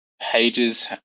pages